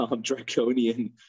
draconian